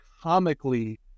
comically